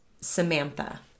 Samantha